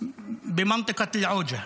באזור אל-עוג'ה.